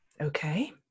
Okay